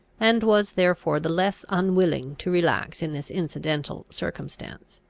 and was therefore the less unwilling to relax in this incidental circumstance.